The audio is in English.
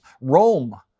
Rome